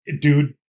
Dude